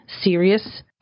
serious